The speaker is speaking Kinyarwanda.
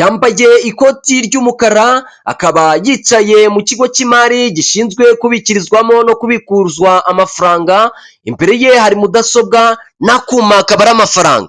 Yambaye ikoti ry'umukara, akaba yicaye mu kigo cy'imari gishinzwe kubikirizwamo no kubikuzwa amafaranga, imbere ye hari mudasobwa n'akuma kabara amafaranga.